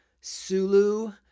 Sulu